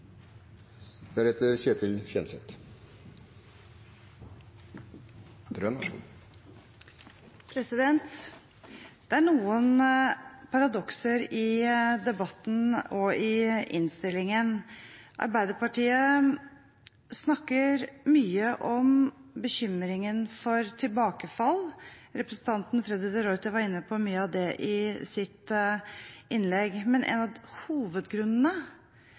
paradokser i debatten og i innstillingen. Arbeiderpartiet snakker mye om bekymringen for tilbakefall. Representanten Freddy de Ruiter var inne på mye av det i sitt innlegg, men